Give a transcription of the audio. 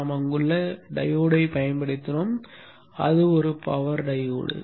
நாம் அங்குள்ள டையோடைப் பயன்படுத்தினோம் அது ஒரு பவர் டையோடு